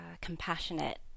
compassionate